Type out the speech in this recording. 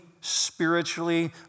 spiritually